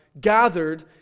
gathered